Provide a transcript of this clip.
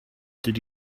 did